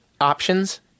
options